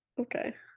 Okay